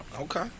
Okay